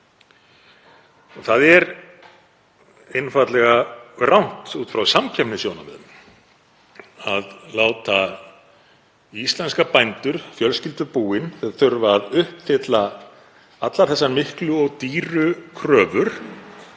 Það er einfaldlega rangt út frá samkeppnissjónarmiðum að láta íslenska bændur, fjölskyldubúin, þurfa að uppfylla allar þessar miklu og dýru kröfur